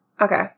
Okay